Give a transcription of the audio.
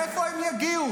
מאיפה הם יגיעו?